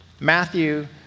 Matthew